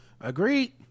Agreed